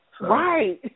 Right